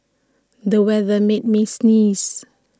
the weather made me sneeze